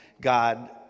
god